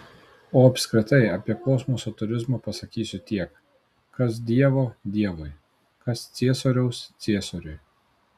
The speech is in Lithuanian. o apskritai apie kosmoso turizmą pasakysiu tiek kas dievo dievui kas ciesoriaus ciesoriui